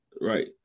Right